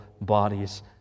bodies